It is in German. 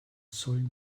sollen